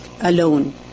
Alone